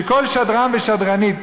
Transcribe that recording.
שכל שדרן ושדרנית,